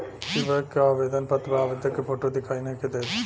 इ बैक के आवेदन पत्र पर आवेदक के फोटो दिखाई नइखे देत